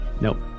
Nope